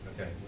Okay